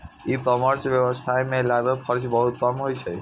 ई commerce व्यवसाय मे लागत खर्च बहुत कम होइ छै